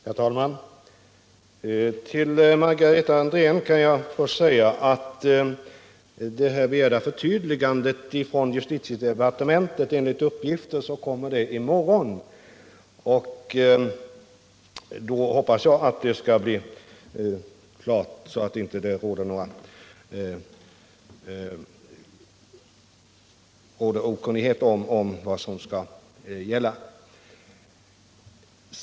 Herr talman! Till Margareta Andrén vill jag kort säga att det begärda förtydligandet från justitiedepartementet enligt uppgift kommer i morgon. Då hoppas jag att det hela skall bli klart, så att det inte råder någon okunnighet om vad som skall gälla.